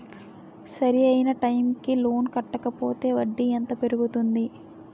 సరి అయినా టైం కి లోన్ కట్టకపోతే వడ్డీ ఎంత పెరుగుతుంది?